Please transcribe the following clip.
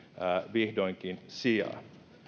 vihdoinkin sijaa